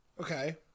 Okay